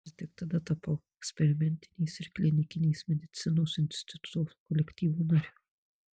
ir tik tada tapau eksperimentinės ir klinikinės medicinos instituto kolektyvo nariu